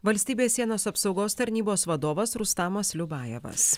valstybės sienos apsaugos tarnybos vadovas rustamas liubajevas